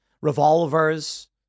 revolvers